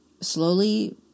slowly